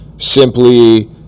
simply